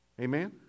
Amen